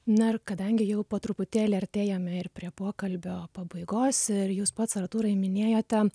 na ir kadangi jau po truputėlį artėjame ir prie pokalbio pabaigos ir jūs pats artūrai minėjote